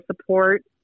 support